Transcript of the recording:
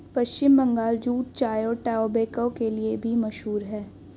पश्चिम Bangal jute चाय और tobacco के लिए भी मशहूर है